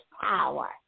power